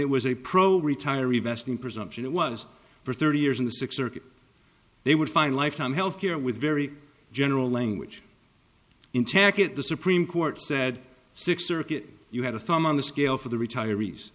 it was a pro retiree vesting presumption it was for thirty years in the six circuit they would find lifetime health care with very general language intact at the supreme court said six circuit you had a thumb on the scale for the retirees